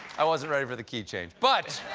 i wasn't ready for the key change. but